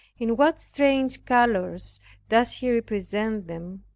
in what strange colors does he represent them,